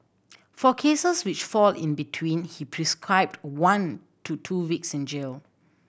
for cases which fall in between he prescribed one to two weeks in jail